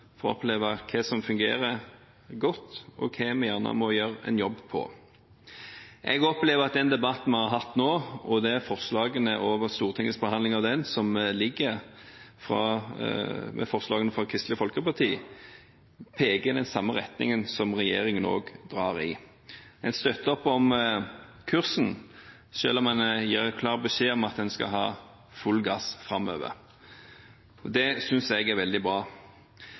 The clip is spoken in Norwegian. for å oppleve hva som fungerer godt, og hva vi må gjøre en jobb med. Jeg opplever at debatten vi har hatt nå, og forslagene fra Kristelig Folkeparti peker i samme retning som regjeringen ønsker. En støtter opp om kursen, selv om en gir klar beskjed om at en skal ha full gass framover. Det synes jeg er veldig bra.